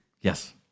Yes